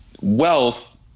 wealth